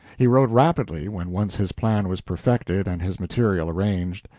he wrote rapidly when once his plan was perfected and his material arranged.